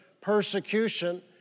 persecution